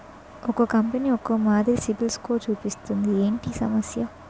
ఒక్కో కంపెనీ ఒక్కో మాదిరి సిబిల్ స్కోర్ చూపిస్తుంది ఏంటి ఈ సమస్య?